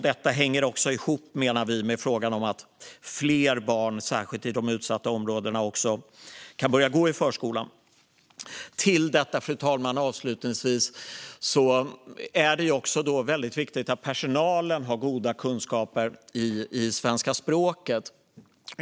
Vi menar att det här hänger ihop med frågan om att fler barn, särskilt i de utsatta områdena, kan börja gå i förskolan. Avslutningsvis, fru talman, är det också väldigt viktigt att personalen har goda kunskaper i svenska språket.